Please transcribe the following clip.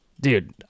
Dude